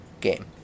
game